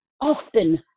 often